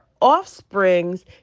offsprings